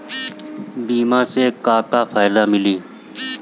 बीमा से का का फायदा मिली?